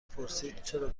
پرسیدچرا